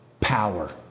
power